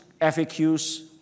FAQs